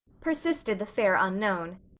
persisted the fair unknown.